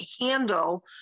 handle